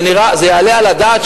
זה יעלה על הדעת,